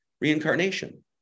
reincarnation